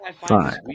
five